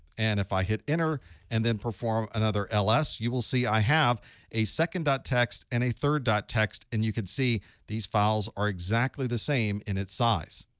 and if i hit enter and then perform another ls, you will see i have a second ah txt and a third txt, and you can see these files are exactly the same in its size.